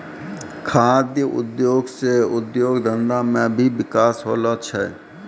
खाद्य उद्योग से उद्योग धंधा मे भी बिकास होलो छै